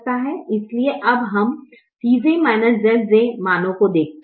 इसलिए अब हम Cj Zj मानों को देखते हैं